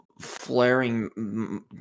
flaring